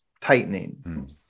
tightening